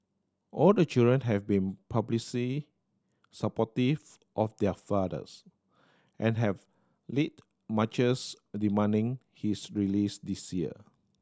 all the children have been supportive of their fathers and have lead marches demanding his release this year